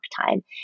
time